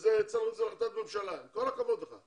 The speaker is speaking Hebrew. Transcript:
שזה צריך להיות בהחלטת ממשלה, עם כל הכבוד לך.